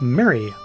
Mary